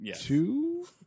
Two